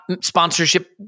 sponsorship